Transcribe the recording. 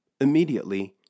Immediately